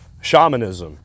shamanism